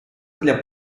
для